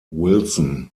wilson